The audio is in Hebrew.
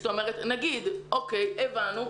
זאת אומרת נגד: הבנו,